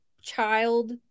child